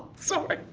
sorry.